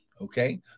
Okay